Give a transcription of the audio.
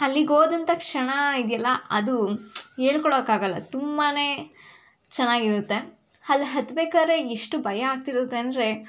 ಅಲ್ಲಿಗೆ ಹೋದಂಥ ಕ್ಷಣ ಇದೆಯಲ್ಲ ಅದು ಹೇಳ್ಕೊಳಕ್ಕಾಗಲ್ಲ ತುಂಬಾ ಚೆನ್ನಾಗಿರುತ್ತೆ ಅಲ್ ಹತ್ಬೇಕಾದ್ರೆ ಎಷ್ಟು ಭಯ ಆಗ್ತಿರುತ್ತೆ ಅಂದರೆ